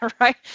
Right